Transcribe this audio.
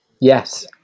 Yes